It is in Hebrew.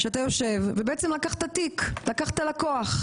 ושבעצם לקחת תיק, לקחת לקוח.